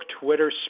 Twitter